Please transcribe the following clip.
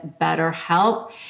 BetterHelp